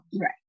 Right